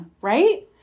right